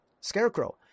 Scarecrow